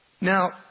Now